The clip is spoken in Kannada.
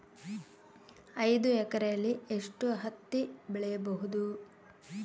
ಐದು ಎಕರೆಯಲ್ಲಿ ಎಷ್ಟು ಹತ್ತಿ ಬೆಳೆಯಬಹುದು?